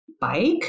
bike